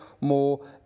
more